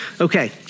Okay